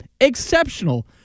exceptional